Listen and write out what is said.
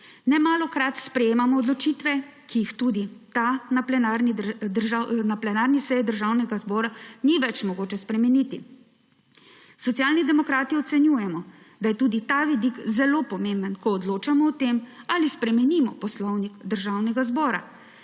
Nemalokrat sprejemamo odločitve, ki jih tudi na plenarni seji državnega zbora ni več mogoče spremeniti. Socialni demokrati ocenjujemo, daje tudi ta vidik zelo pomemben, ko odločamo o tem ali spremenimo Poslovnik Državnega zbora